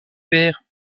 verts